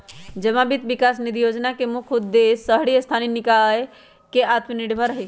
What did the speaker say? जमा वित्त विकास निधि जोजना के मुख्य उद्देश्य शहरी स्थानीय निकाय के आत्मनिर्भर हइ